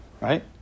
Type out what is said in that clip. right